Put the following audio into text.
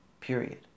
Period